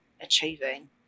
achieving